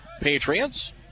Patriots